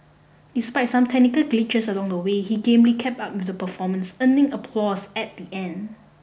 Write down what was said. despite some technical glitches along the way he gamely kept up with the performance earning applause at the end